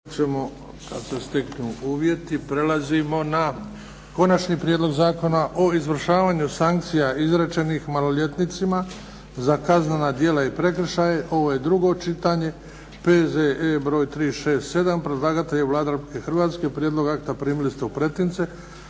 **Bebić, Luka (HDZ)** Prelazimo na - Konačni prijedlog Zakona o izvršavanju sankcija izrečenih maloljetnicima za kaznena djela i prekršaje, ovo je drugo čitanje, P.Z.E. br. 367 Predlagatelj je Vlada Republike Hrvatske. Prijedlog akta primili ste u pretince.